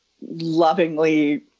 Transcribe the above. lovingly